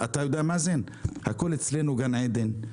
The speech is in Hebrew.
הכול אצלנו גן עדן.